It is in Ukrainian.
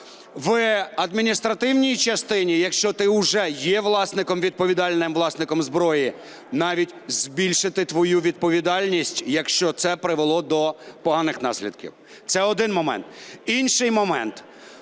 в адміністративній частині, якщо ти вже є власником, відповідальним власником зброї, навіть збільшити твою відповідальність, якщо це привело до поганих наслідків. Це один момент. Інший момент.